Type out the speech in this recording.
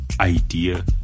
idea